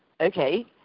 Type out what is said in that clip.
okay